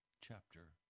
chapter